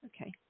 Okay